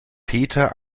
peter